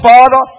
Father